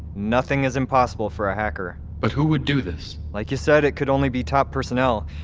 nothing is impossible for a hacker but who would do this? like you said, it could only be top personnel.